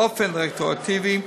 באופן רטרואקטיבי,